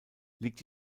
liegt